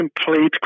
complete